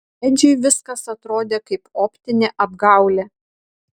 edžiui viskas atrodė kaip optinė apgaulė